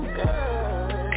good